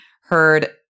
heard